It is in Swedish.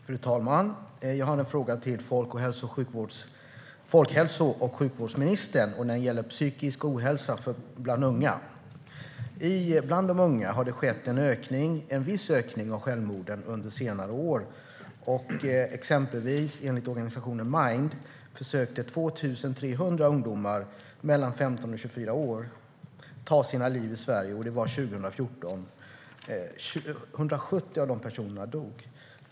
Fru talman! Jag har en fråga till folkhälso och sjukvårdsministern om psykisk ohälsa bland unga. Bland unga i Sverige har det under senare år skett en viss ökning av självmord. Enligt organisationen Mind försökte 2 300 ungdomar mellan 15 och 24 år ta sitt liv 2014. 170 av dessa dog.